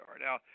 Now